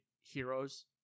heroes